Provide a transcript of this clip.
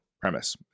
premise